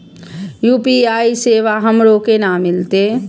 UPI सेवा हमरो केना मिलते?